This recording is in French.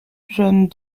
jeune